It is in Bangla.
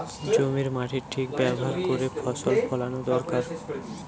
জমির মাটির ঠিক ব্যাভার কোরে ফসল ফোলানো দোরকার